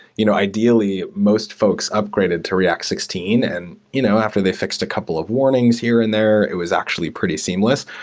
you know ideally, most folks upgraded to react sixteen. and you know after they fixed a couple of warnings here and there, it was actually pretty seamless.